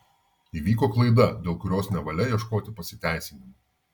įvyko klaida dėl kurios nevalia ieškoti pasiteisinimų